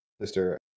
sister